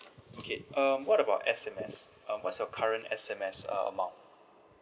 okay um what about S_M_S um what's your current S_M_S uh amount